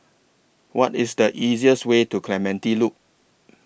What IS The easiest Way to Clementi Loop